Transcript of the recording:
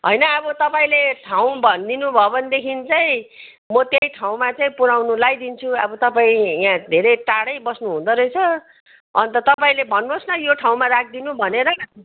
होइन अब तपाईँले ठाँउ भनिदिनु भयो भनेदेखि चाहिँ म त्यही ठाँउमा चाहिँ पुऱ्याउनु लाइदिन्छु अब तपाईँ यहाँ टाढै बस्नु हुँदोरहेछ अन्त तपाईँले भन्नुहोस् न यो ठाँउमा राखिदिनु भनेर